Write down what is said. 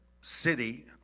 city